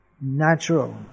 natural